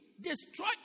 Destroy